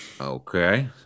Okay